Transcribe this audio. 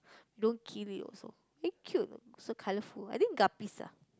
don't kill it also very cute know so colourful I think guppies ah